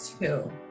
two